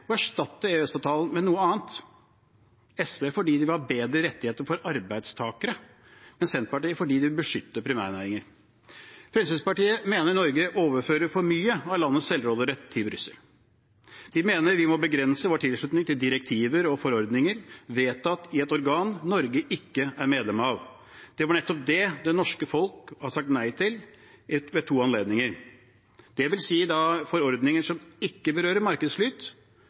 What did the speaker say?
med noe annet – SV fordi de vil ha bedre rettigheter for arbeidstakere, Senterpartiet fordi de vil beskytte primærnæringene. Fremskrittspartiet mener at Norge overfører for mye av landets selvråderett til Brussel. Vi mener vi må begrense vårt tilslutning til direktiver og forordninger som er vedtatt i et organ Norge ikke er medlem av. Det er nettopp det det norske folk har sagt nei til ved to anledninger. Det vil si forordninger som ikke berører